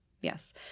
Yes